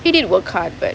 he did work hard but